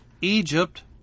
Egypt